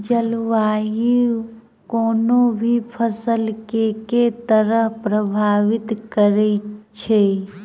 जलवायु कोनो भी फसल केँ के तरहे प्रभावित करै छै?